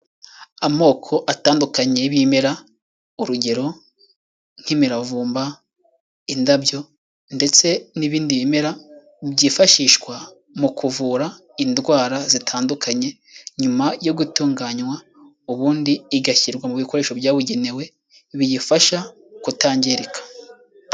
Amoko atandukanye y'ibimera urugero nk'imiravumba, indabyo ndetse n'ibindi bimera byifashishwa mu kuvura indwara zitandukanye nyuma yo gutunganywa ubundi igashyirwa mu bikoresho byabugenewe biyifasha kutangirika.